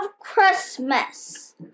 Christmas